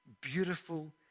beautiful